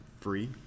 free